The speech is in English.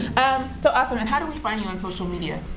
so awesome. and how do we find you on social media?